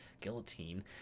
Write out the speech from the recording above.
guillotine